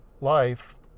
Life